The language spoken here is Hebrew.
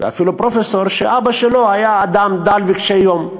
ואפילו פרופסור, ואבא שלו היה אדם דל וקשה יום.